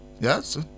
Yes